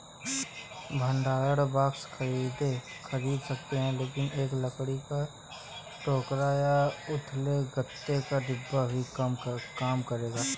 भंडारण बक्से खरीद सकते हैं लेकिन एक लकड़ी का टोकरा या उथले गत्ते का डिब्बा भी काम करेगा